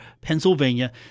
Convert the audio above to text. Pennsylvania